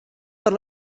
per